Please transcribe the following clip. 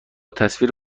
تصویر